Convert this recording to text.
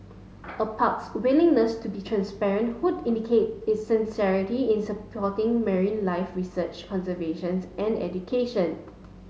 a park's willingness to be transparent would indicate its sincerity in supporting marine life research conservations and education